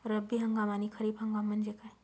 रब्बी हंगाम आणि खरीप हंगाम म्हणजे काय?